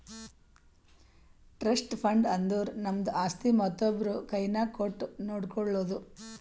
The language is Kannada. ಟ್ರಸ್ಟ್ ಫಂಡ್ ಅಂದುರ್ ನಮ್ದು ಆಸ್ತಿ ಮತ್ತೊಬ್ರು ಕೈನಾಗ್ ಕೊಟ್ಟು ನೋಡ್ಕೊಳೋದು